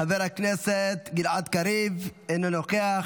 חבר הכנסת גלעד קריב, אינו נוכח,